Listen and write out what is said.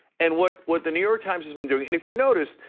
and what what the new york times has been doing, and if you notice,